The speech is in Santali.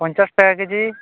ᱯᱚᱧᱪᱟᱥ ᱴᱟᱠᱟ ᱠᱮᱡᱤ